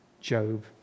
Job